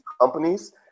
companies